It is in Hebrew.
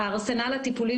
זה נחשב לנושא של חומרי הדברה,